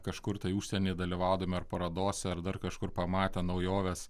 kažkur tai užsienyje dalyvaudami ar parodose ar dar kažkur pamatė naujoves